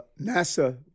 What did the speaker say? NASA